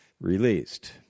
released